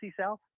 South